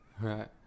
Right